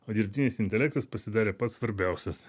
o dirbtinis intelektas pasidarė pats svarbiausias